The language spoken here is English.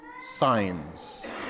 signs